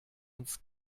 uns